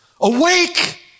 Awake